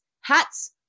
hats